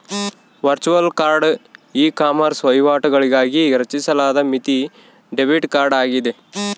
virtual card ecommerce ವಹಿವಾಟುಗಳಿಗಾಗಿ ರಚಿಸಲಾದ ಮಿತಿ ಡೆಬಿಟ್ ಕಾರ್ಡ್ ಆಗಿದೆ